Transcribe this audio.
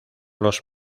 los